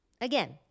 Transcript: Again